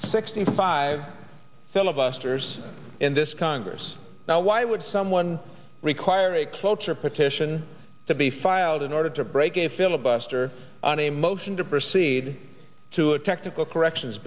sixty five filibusters in this congress now why would someone require a cloture petition to be filed in order to break a filibuster on a motion to proceed to a technical corrections